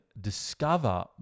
discover